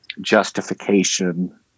justification